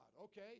Okay